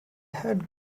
head